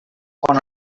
con